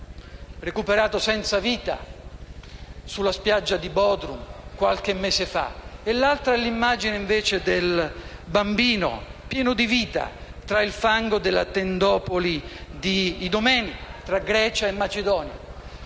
l'altra è l'immagine del bambino, pieno di vita, tra il fango della tendopoli di Idomeni, tra Grecia e Macedonia.